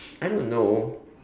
I don't know